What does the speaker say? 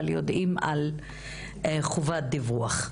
אבל יודעים על חובת דיווח,